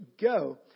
go